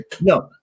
No